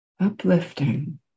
uplifting